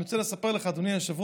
אני רוצה לספר לך, אדוני היושב-ראש,